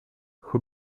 who